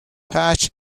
patch